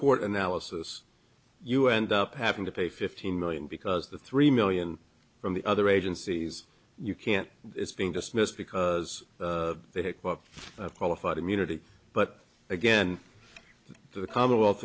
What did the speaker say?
court analysis you end up having to pay fifteen million because the three million from the other agencies you can't it's been dismissed because they take books of qualified immunity but again the commonwealth